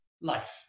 life